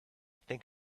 think